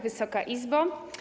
Wysoka Izbo!